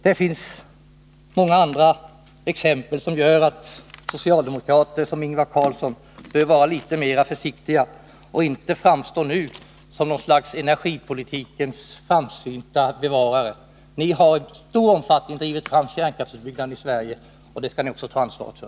Det finns många andra exempel som gör att socialdemokrater som Ingvar Carlsson bör vara litet mer försiktiga och inte nu framstå som något slags energipolitikens framsynta bevarare. Ni har i stor omfattning drivit fram kärnkraftsutbyggnaden i Sverige. Det skall ni också ta ansvaret för.